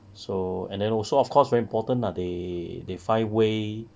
so and then also of course very important lah they they find way